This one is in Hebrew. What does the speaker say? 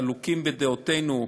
חלוקים בדעותינו,